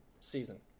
season